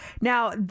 now